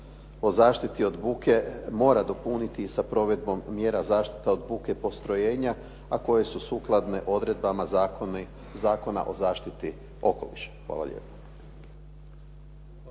o zaštiti od buke mora dopuniti i sa provedbom mjera zaštite od buke postrojenja, a koje su sukladne odredbama Zakona o zaštiti okoliša. Hvala lijepa.